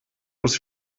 aus